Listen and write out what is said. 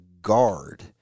guard